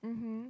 mmhmm